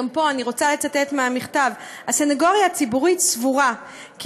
גם פה אני רוצה לצטט מהמכתב: הסנגוריה הציבורית סבורה כי